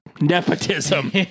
Nepotism